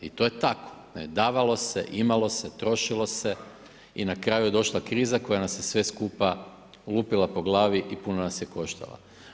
I to je tako, ne, davalo se, imalo se, trošilo se i na kraju je došla kriza koja nas je sve skupa lupila po glavi i puno nas je koštala.